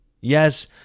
Yes